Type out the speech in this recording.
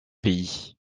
pays